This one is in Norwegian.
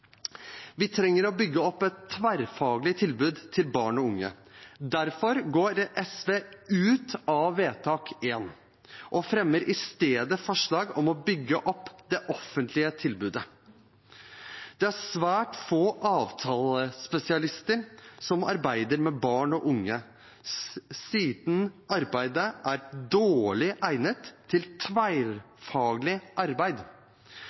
Vi trenger å bygge opp et tverrfaglig tilbud til barn og unge. Derfor går SV ut av forslag til vedtak I og fremmer i stedet forslag om å bygge opp det offentlige tilbudet. Det er svært få avtalespesialister som arbeider med barn og unge, siden arbeidet er dårlig egnet til tverrfaglig arbeid.